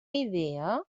idea